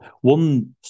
One